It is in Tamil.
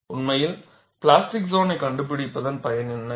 உண்மையில் பிளாஸ்டிக் சோன்னை கண்டுபிடிப்பதன் பயன் என்ன